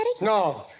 No